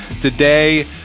today